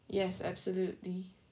yes absolutely